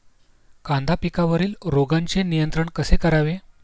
कांदा पिकावरील रोगांचे नियंत्रण कसे करावे?